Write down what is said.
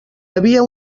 havia